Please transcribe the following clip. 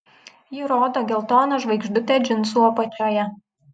ji rodo geltoną žvaigždutę džinsų apačioje